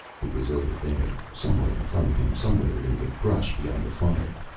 it was over there, somewhere in front of him, somewhere in the brush beyond the fire,